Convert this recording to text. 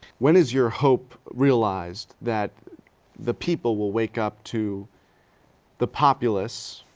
when is your hope realized that the people will wake up to the populists,